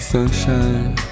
Sunshine